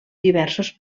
diversos